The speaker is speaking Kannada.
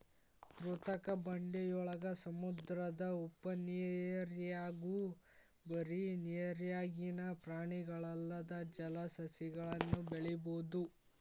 ಕೃತಕ ಬಂಡೆಯೊಳಗ, ಸಮುದ್ರದ ಉಪ್ಪನೇರ್ನ್ಯಾಗು ಬರಿ ನೇರಿನ್ಯಾಗಿನ ಪ್ರಾಣಿಗಲ್ಲದ ಜಲಸಸಿಗಳನ್ನು ಬೆಳಿಬೊದು